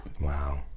Wow